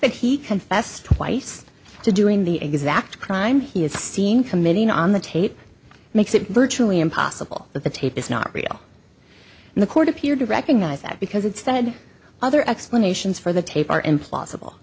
that he confessed twice to doing the exact crime he is seeing committing on the tape makes it virtually impossible that the tape is not real and the court appeared to recognize that because it's said other explanations for the tape are implausible